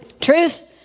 truth